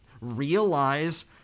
Realize